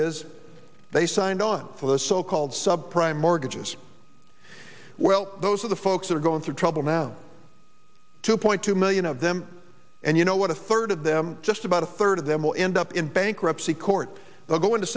is they signed on for the so called subprime mortgages well those are the folks that are going through trouble now two point two million of them and you know what a third of them just about a third of them will end up in bankruptcy court they'll go into